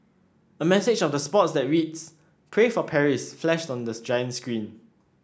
a message of the support that reads Pray for Paris flashed on the giant screen